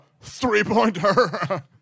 three-pointer